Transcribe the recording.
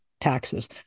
taxes